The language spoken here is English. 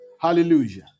Hallelujah